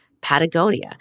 Patagonia